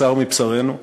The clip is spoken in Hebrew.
בשר מבשרנו,